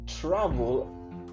travel